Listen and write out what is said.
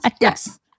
yes